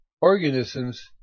organisms